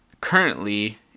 currently